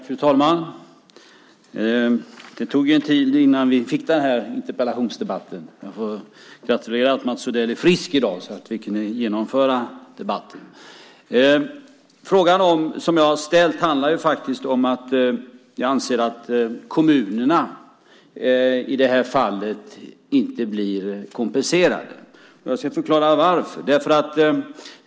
Fru talman! Det tog tid innan vi fick den här interpellationsdebatten. Jag får gratulera till att Mats Odell är frisk i dag så att vi kan genomföra den. Frågan som jag har ställt handlar faktiskt om att kommunerna i det här fallet inte blir kompenserade. Jag ska förklara varför.